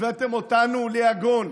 הבאתם אותנו ליגון.